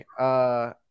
okay